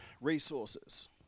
resources